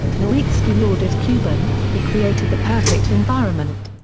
nowitzki lauded cuban he created the perfect environment.